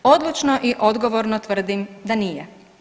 Odlučno i odgovorno tvrdim da nije.